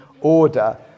order